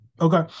Okay